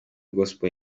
gospel